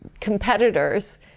competitors